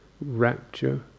rapture